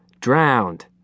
drowned